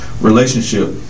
relationship